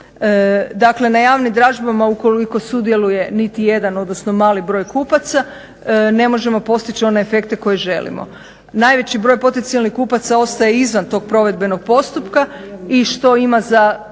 Dakle, na javnim dražbama ukoliko sudjeluje niti jedan, odnosno mali broj kupaca ne možemo postići one efekte koje želimo. Najveći broj potencijalnih kupaca ostaje izvan tog provedbenog postupka i što ima za